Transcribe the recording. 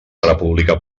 república